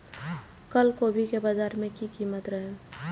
कल गोभी के बाजार में की कीमत रहे?